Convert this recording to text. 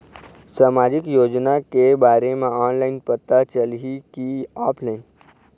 सामाजिक योजना के बारे मा ऑनलाइन पता चलही की ऑफलाइन?